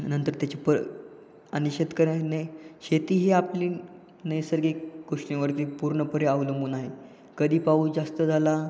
नंतर त्याचे परि आणि शेतकऱ्याने शेती ही आपली नैसर्गिक गोष्टींवरती पूर्णपणे अवलंबून आहे कधी पाऊस जास्त झाला